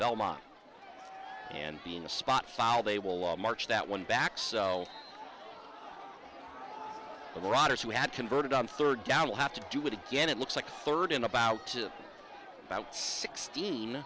belmont and being a spot foul they will march that one back so the riders who had converted on third down will have to do it again it looks like third in about to about sixteen